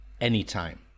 anytime